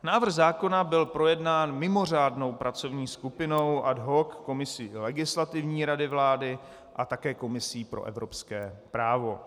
Návrh zákona byl projednán mimořádnou pracovní skupinou, ad hoc komisí Legislativní rady vlády a také komisí pro evropské právo.